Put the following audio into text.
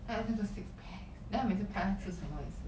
她也是做 six packs then 她每次拍她吃什么也是